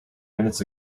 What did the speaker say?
minutes